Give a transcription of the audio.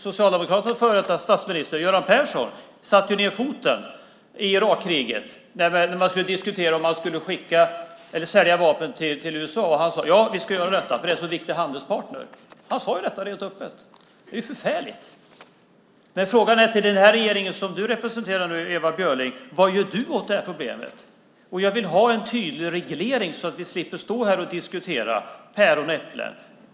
Socialdemokraternas före detta statsminister Göran Persson satte ned foten i samband med Irakkriget när man diskuterade om man skulle sälja vapen till USA. Han sade att vi skulle göra det därför att det är en så viktig handelspartner. Han sade detta helt öppet. Det är förfärligt. Frågan till den regering som du representerar, Ewa Björling, är: Vad gör ni åt det här problemet? Jag vill ha en tydlig reglering så att vi slipper stå här och diskutera päron och äpplen.